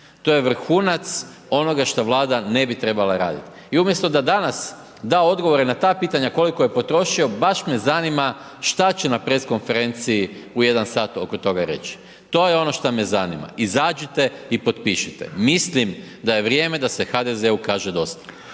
To je vrhunac onoga šta Vlada ne bi trebala raditi i umjesto da danas da odgovore na ta pitanja koliko je potrošio, baš me zanima šta će na press konferenciji u 1 sat oko toga reći. To je ono što me zanima. Izađite i potpišite. Mislim da je vrijeme da se HDZ-u kaže dosta.